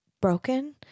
broken